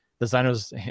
designer's